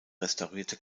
restaurierte